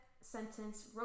sentence